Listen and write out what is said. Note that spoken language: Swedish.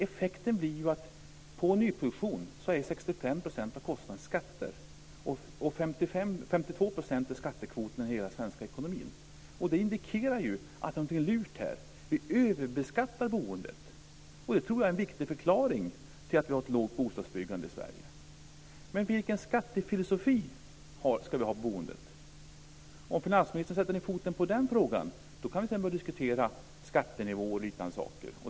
Effekten blir att 65 % av kostnaden för nyproduktion är skatter. Skattekvoten i hela den svenska ekonomin är 52 %. Det indikerar att det är någonting lurt. Vi överbeskattar boendet. Det är en viktig förklaring till att vi har ett lågt bostadsbyggande i Sverige. Vilken skattefilosofi ska vi ha för boendet? Om finansministern sätter ned foten i den frågan kan vi sedan börja diskutera skattenivåer och liknande.